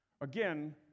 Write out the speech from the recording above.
Again